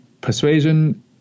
persuasion